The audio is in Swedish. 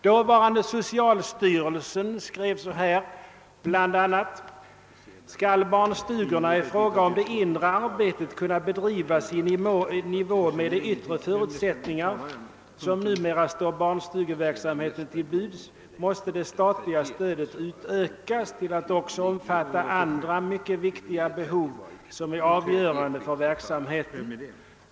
Dåvarande socialstyrelsen skrev bl.a.: » Skall barnstugorna i fråga om det inre arbetet kunna bedrivas i nivå med de yttre förutsättningar ——— som numera står barnstugeverksamheten till buds måste det statliga stödet utökas till att också omfatta andra mycket viktiga behov som är avgörande för verksamheten.